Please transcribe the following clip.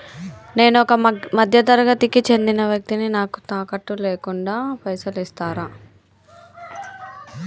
నేను ఒక మధ్య తరగతి కి చెందిన వ్యక్తిని నాకు తాకట్టు లేకుండా పైసలు ఇస్తరా?